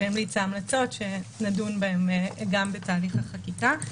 והמליצה המלצות שנדון בהן גם בתהליך החקיקה.